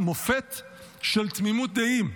מופת של תמימות דעים.